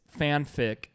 fanfic